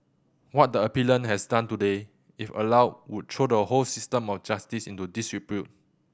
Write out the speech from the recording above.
what the appellant has done today if allowed would throw the whole system of justice into disrepute